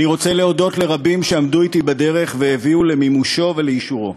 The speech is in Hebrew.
אני רוצה להודות לרבים שעמדו אתי בדרך והביאו למימושו ולאישורו: